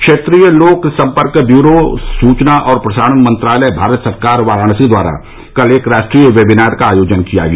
क्षेत्रीय लोक सम्पर्क ब्यूरो सूचना और प्रसारण मंत्रालय भारत सरकार वाराणसी द्वारा कल एक राष्ट्रीय वेबिनार का आयोजन किया गया